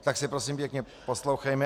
Tak se prosím pěkně poslouchejme.